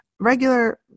regular